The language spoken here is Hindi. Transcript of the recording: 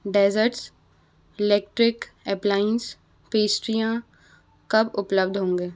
डेज़र्ट्स इलेक्ट्रिक एप्लायंस पेस्ट्रियाँ कब उपलब्ध होंगे